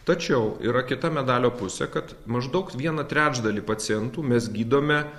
tačiau yra kita medalio pusė kad maždaug vieną trečdalį pacientų mes gydome